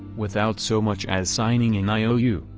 without so much as signing an iou,